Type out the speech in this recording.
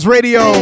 Radio